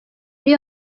iyo